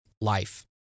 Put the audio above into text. life